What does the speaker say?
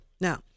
now